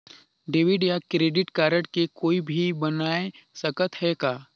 Debit या credit card के कोई भी बनवाय सकत है का?